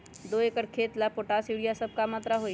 दो एकर खेत के ला पोटाश, यूरिया ये सब का मात्रा होई?